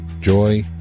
joy